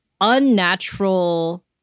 unnatural